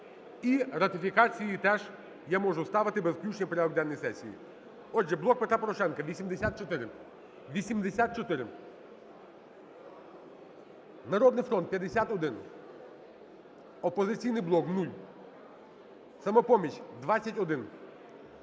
і ратифікацію теж я можу ставити без включення в порядок денний сесії. Отже, "Блок Петро Порошенка" – 84, "Народний фронт" – 51, "Опозиційний блок" – 0, "Самопоміч" – 21,